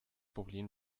problem